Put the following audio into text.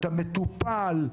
את המטופל,